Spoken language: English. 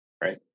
Right